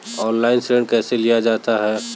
Online ऋण कैसे लिया जाता है?